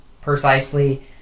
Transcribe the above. precisely